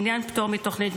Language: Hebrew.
לעניין פטור מתוכנית,